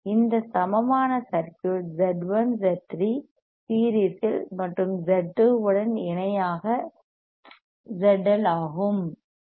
இந்த சமமான circuit Z1 Z3 series இல் மற்றும் Z2 உடன் இணையாக ZL ஆகும்